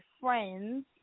friends